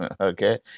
okay